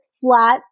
flat